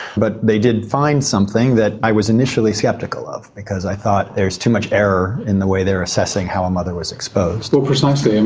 but they did find something that i was initially sceptical of because i thought there's too much error in the way they were assessing how a mother was exposed. well precisely, i um